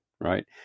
right